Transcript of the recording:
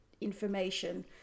information